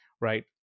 right